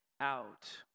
out